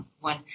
one